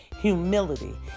Humility